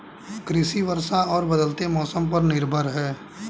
कृषि वर्षा और बदलते मौसम पर निर्भर है